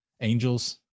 Angels